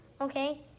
Okay